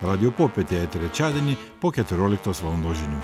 radijo popietėje trečiadienį po keturioliktos valandos žinių